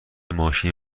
ماشین